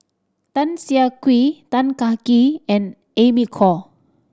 Tan Siah Kwee Tan Kah Kee and Amy Khor